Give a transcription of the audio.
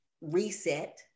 reset